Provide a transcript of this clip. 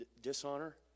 dishonor